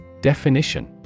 Definition